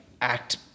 act